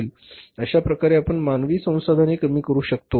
अश्या प्रकारे आपण मानवी संसाधने कमी करू शकतो